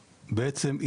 בעצם,